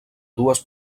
dues